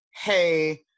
Hey